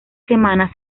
semana